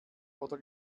oder